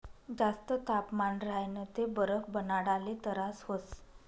जास्त तापमान राह्यनं ते बरफ बनाडाले तरास व्हस